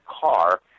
car